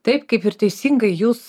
taip kaip ir teisingai jūs